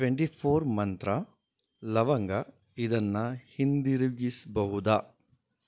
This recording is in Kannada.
ಟ್ವೆಂಟಿ ಫೋರ್ ಮಂತ್ರ ಲವಂಗ ಇದನ್ನು ಹಿಂದಿರುಗಿಸಬಹುದಾ